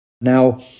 Now